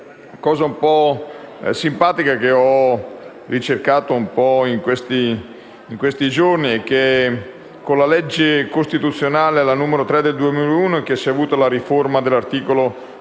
cosa un po' simpatica che ho ricercato in questi giorni è che con la legge costituzionale n. 3 del 2001 si è avuta anche la riforma dell'articolo